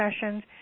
sessions